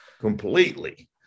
Completely